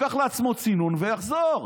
ייקח לעצמו צינון ויחזור.